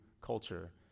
culture